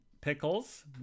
Pickles